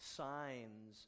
signs